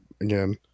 again